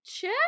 check